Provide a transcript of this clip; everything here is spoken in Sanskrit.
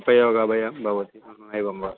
उपयोगवयं भवति एवं वा